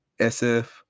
SF